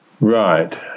Right